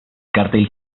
cartel